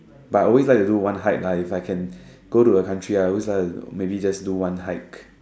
but I always like to do one hike lah if I can go to a country I would always like to maybe just do one hike